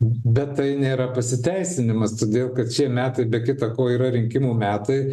bet tai nėra pasiteisinimas todėl kad šie metai be kita ko yra rinkimų metai